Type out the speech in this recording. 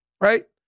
right